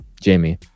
Jamie